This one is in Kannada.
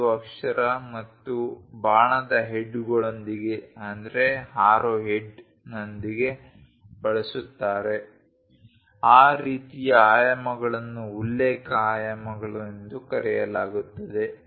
5 ಅಕ್ಷರ ಮತ್ತು ಬಾಣದ ಹೆಡ್ಗಳೊಂದಿಗೆ ಬಳಸುತ್ತಾರೆ ಆ ರೀತಿಯ ಆಯಾಮಗಳನ್ನು ಉಲ್ಲೇಖ ಆಯಾಮಗಳು ಎಂದು ಕರೆಯಲಾಗುತ್ತದೆ